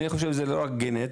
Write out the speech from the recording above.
אני חושב שזה לא רק גנטי,